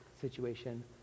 situation